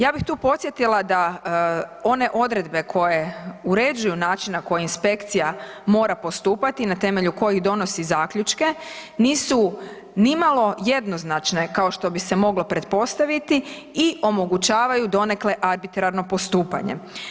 Ja bih tu podsjetila da one odredbe koje uređuju način na koji inspekcija mora postupati na temelju kojih donosi zaključke nisu ni malo jednoznačne kao što bi se moglo pretpostaviti i omogućavaju donekle arbitrarno postupanje.